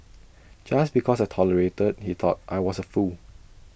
just because I tolerated he thought I was A fool